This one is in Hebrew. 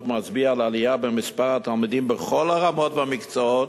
מצביע על עלייה במספר התלמידים בכל הרמות והמקצועות,